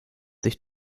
sich